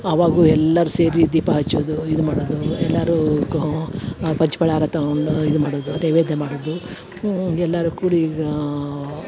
ಅವಾಗು ಎಲ್ಲರು ಸೇರಿ ದೀಪ ಹಚ್ಚೋದು ಇದು ಮಾಡದು ಎಲ್ಲಾರು ಕಾ ಪಚ್ಪಳಾರತಿ ತಗೊಂಡು ಇದು ಮಾಡದು ನೈವೇದ್ಯ ಮಾಡುದು ಎಲ್ಲಾರು ಕೂಡಿ ಈಗ